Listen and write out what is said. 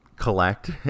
collect